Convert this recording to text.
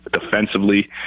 defensively